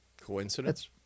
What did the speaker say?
Coincidence